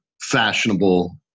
fashionable